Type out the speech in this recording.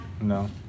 no